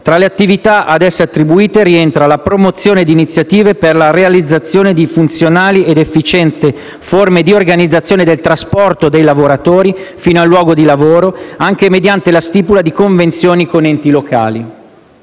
Tra le attività a esse attribuite, rientra la promozione di iniziative per la realizzazione di funzionali ed efficienti forme di organizzazione del trasporto dei lavoratori fino al luogo di lavoro, anche mediante la stipula di convenzioni con gli enti locali.